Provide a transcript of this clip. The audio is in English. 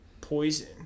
poison